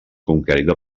conquerida